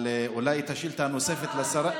אבל אולי את השאילתה הנוספת לשרה,